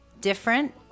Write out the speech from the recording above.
different